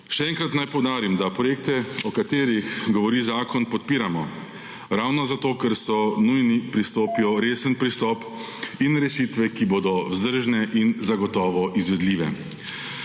Še enkrat naj poudarim, da projekte, o katerih govori zakon, podpiramo ravno zato ker so nujni, potrebujejo pa resen pristop in rešitve, ki bodo vzdržne in zagotovo izvedljive.